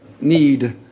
need